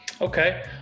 Okay